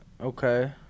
okay